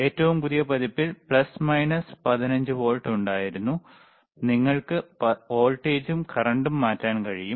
ഏറ്റവും പുതിയ പതിപ്പിൽ പ്ലസ് മൈനസ് 15 വോൾട്ട് ഉണ്ടായിരുന്നു നിങ്ങൾക്ക് വോൾട്ടേജും കറന്റും മാറ്റാൻ കഴിയും